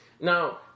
Now